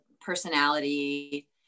personality